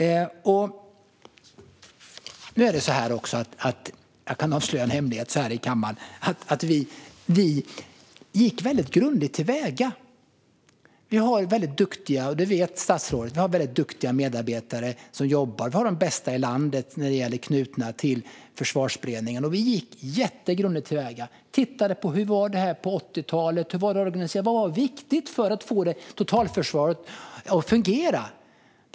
Jag ska avslöja en hemlighet här i kammaren: Vi gick grundligt till väga. Vi har duktiga medarbetare, och det vet statsrådet. Vi har de bästa i landet knutna till Försvarsberedningen, och vi gick jättegrundligt till väga. Vi tittade på hur det var på 80-talet och 90-talet. Hur var det organiserat? Vad var viktigt för att få totalförsvaret att fungera?